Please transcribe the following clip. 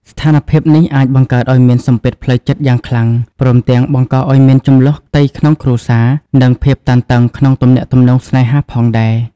ស្ថានភាពនេះអាចបង្កើតឲ្យមានសម្ពាធផ្លូវចិត្តយ៉ាងខ្លាំង ព្រមទាំងបង្កឲ្យមានជម្លោះផ្ទៃក្នុងគ្រួសារ និងភាពតានតឹងក្នុងទំនាក់ទំនងស្នេហាផងដែរ។